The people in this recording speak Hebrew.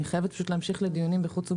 אני חייבת להמשיך בדיונים בוועדת חוץ וביטחון.